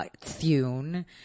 Thune